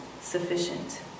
sufficient